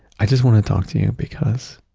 i just want to talk to you because